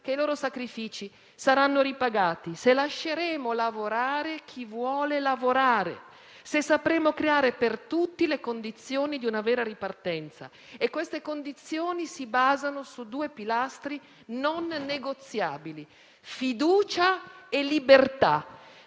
che i loro sacrifici saranno ripagati, se lasceremo lavorare chi vuole lavorare, se sapremo creare per tutti le condizioni di una vera ripartenza e queste condizioni si basano su due pilastri non negoziabili: fiducia e libertà;